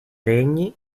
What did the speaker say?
regni